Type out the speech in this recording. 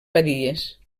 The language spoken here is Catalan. badies